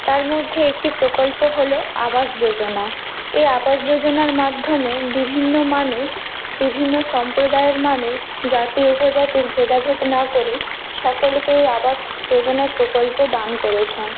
তার মধ্যে একটি প্রকল্প হলো আবাস যোজনা এই আবাস যোজনার মাধ্যমে বিভিন্ন মানুষ বিভিন্ন সম্প্রদায়ের মানুষ জাতি উপজাতির ভেদাভেদ না করে সকলকে এই আবাস যোজনার প্রকল্প দান করেছেন